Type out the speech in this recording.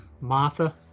Martha